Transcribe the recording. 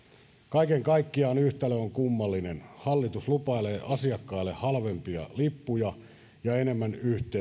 kaiken kaikkiaan yhtälö on kummallinen hallitus lupailee asiakkaille halvempia lippuja ja enemmän yhteyksiä uudistuksen myötä